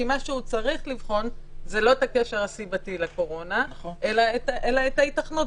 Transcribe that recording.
כי מה שהוא צריך לבחון הוא לא הקשר הסיבתי לקורונה אלא ההיתכנות.